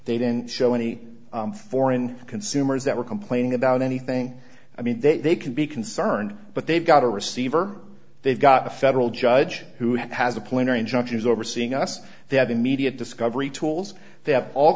they didn't show any foreign consumers that were complaining about anything i mean that they can be concerned but they've got a receiver they've got a federal judge who has a plan or injunction is overseeing us they have a media discovery tools they have all